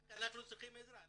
רק אנחנו צריכים עזרה.